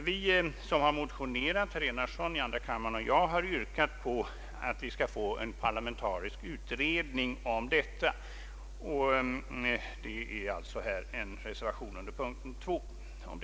Vi som motionerat — herr Enarsson i andra kammaren och jag — har yrkat att vi skall få en parlamentarisk utredning härom, och det föreligger en reservation i detta syfte under punkten 2.